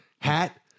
hat